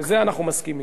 בזה אנחנו מסכימים.